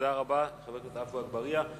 תודה רבה לחבר הכנסת עפו אגבאריה.